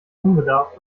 unbedarft